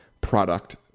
product